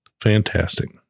Fantastic